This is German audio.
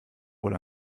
wohl